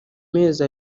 mezi